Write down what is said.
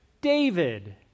David